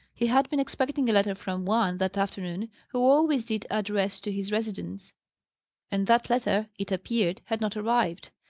he had been expecting a letter from one, that afternoon, who always did address to his residence and that letter, it appeared, had not arrived.